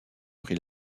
pris